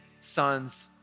sons